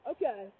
Okay